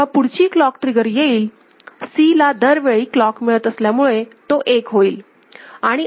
आता जेव्हा पुढची क्लॉक ट्रिगर येईल Cला दरवेळी क्लॉक मिळत असल्यामुळे तो 1 होईल